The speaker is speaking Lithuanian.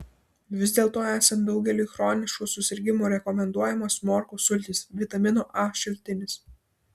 vis dėlto esant daugeliui chroniškų susirgimų rekomenduojamos morkų sultys vitamino a šaltinis